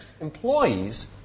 employees